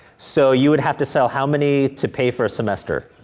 so, you would have to sell how many to pay for a semester?